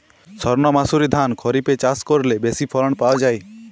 সর্ণমাসুরি ধান খরিপে চাষ করলে বেশি ফলন পাওয়া যায়?